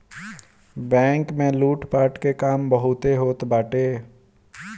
bank में लूटपाट के काम बहुते होत बाटे